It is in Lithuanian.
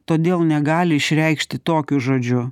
todėl negali išreikšti tokiu žodžiu